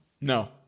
no